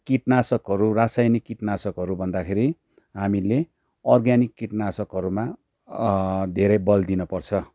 किटनाशकहरू रसायनिक किटनाशकहरू भन्दाखेरि हामीले अर्ग्यानिक किटनाशकहरूमा धेरै बल दिनुपर्छ